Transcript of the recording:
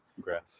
Grass